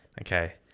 Okay